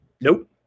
Nope